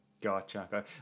Gotcha